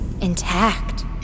intact